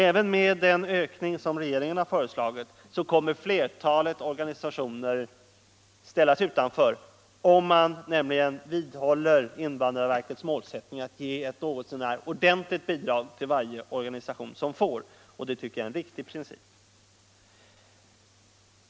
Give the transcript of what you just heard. Även med den ökning som regeringen föreslagit kommer flertalet organisationer att ställas utanför, om man vidhåller invandrarverkets målsättning att ge ett något så när ordentligt bidrag till varje organisation som får sådant, och det tycker jag är en riktig princip.